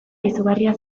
izugarria